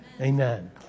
Amen